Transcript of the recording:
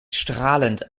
strahlend